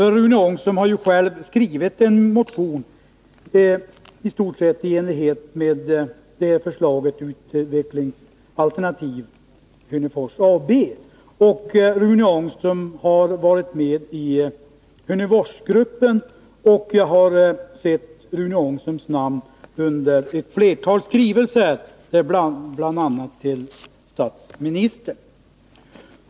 Rune Ångström har ju själv skrivit en motion i stort sett i enlighet med förslaget om ett utvecklingsalternativ för Hörnefors AB, och han har varit med i Hörneforsgruppen. Jag har också sett Rune Ångströms namn under ett flertal skrivelser, bl.a. till statsministern.